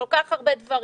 כל כך הרבה דברים,